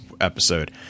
episode